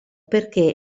perché